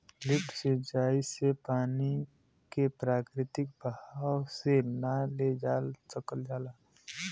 lift सिंचाई से पानी के प्राकृतिक बहाव से ना ले जा सकल जाला